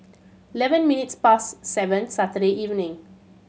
eleven minutes past seven Saturday evening